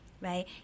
right